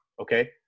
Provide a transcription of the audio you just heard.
okay